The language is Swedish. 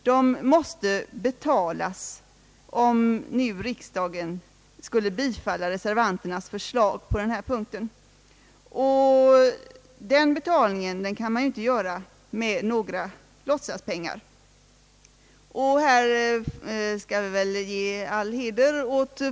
De måste betalas, och det kan man ju inte göra med några låtsaspengar.